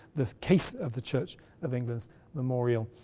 the case of the church of england's memorial,